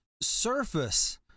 Surface